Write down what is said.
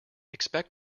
expect